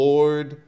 Lord